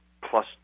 plus